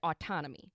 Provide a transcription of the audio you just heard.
autonomy